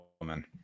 Woman